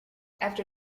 after